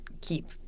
keep